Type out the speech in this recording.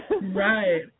Right